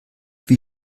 wie